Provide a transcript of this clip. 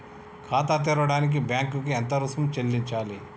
ఖాతా తెరవడానికి బ్యాంక్ కి ఎంత రుసుము చెల్లించాలి?